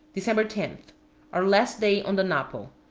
december ten point our last day on the napo.